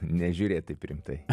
nežiūrėt taip rimtai